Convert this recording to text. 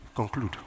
Conclude